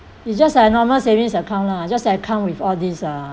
it just like a normal savings account lah just that come with all these ah